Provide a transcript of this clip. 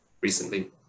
recently